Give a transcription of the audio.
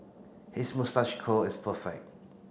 his moustache curl is perfect